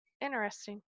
interesting